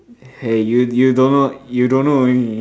hey you you don't know you don't know only